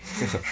haha